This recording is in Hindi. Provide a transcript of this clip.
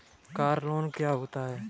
कार लोन क्या होता है?